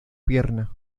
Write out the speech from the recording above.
pierna